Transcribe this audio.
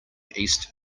east